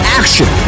action